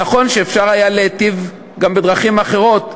נכון שהיה אפשר להיטיב גם בדרכים אחרות,